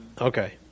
okay